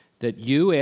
that you, and